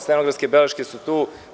stenografske beleške su tu.